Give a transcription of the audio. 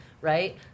Right